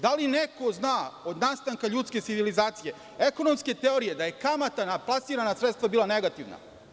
Da li neko zna, od nastanka ljudske civilizacije, ekonomske teorije, da je kamate na plasirana sredstva bila negativna?